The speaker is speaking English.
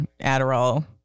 Adderall